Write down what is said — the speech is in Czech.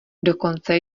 dokonce